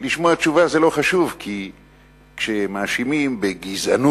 לשמוע תשובה זה לא חשוב, כי כשמאשימים בגזענות